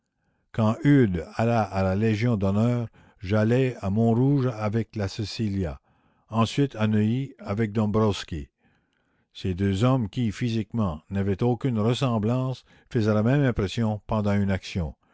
quand eudes alla à la légion d'honneur j'allai à montrouge avec la cecillia ensuite à neuilly avec dombrowski ces deux hommes qui physiquement n'avaient aucune ressemblance faisaient la même impression pendant une action